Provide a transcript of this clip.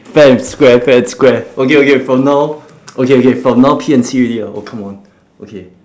fair and square fair and square okay okay from now okay okay from now P and C already ah oh come on okay